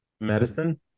medicine